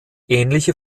ähnliche